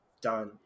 Done